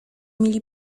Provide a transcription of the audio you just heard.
mieli